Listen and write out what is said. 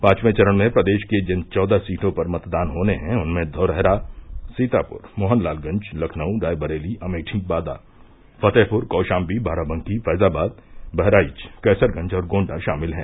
पांचवें चरण में प्रदेश की जिन चौदह सीटों पर मतदान होने हैं उनमें धौरहरा सीतापुर मोहनलालगंज लखनऊ रायबरेली अमेठी बांदा फतेहपुर कौशाम्बी बाराबंकी फैजाबाद बहराइच कैसरगंज और गोण्डा शामिल हैं